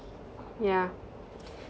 yeah